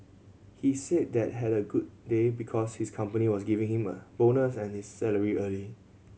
he said that had a good day because his company was giving him a bonus and his salary early